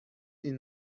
این